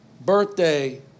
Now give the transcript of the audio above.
birthday